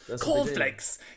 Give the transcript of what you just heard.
Cornflakes